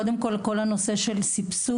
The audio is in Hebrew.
זה קודם כל הנושא של סבסוד,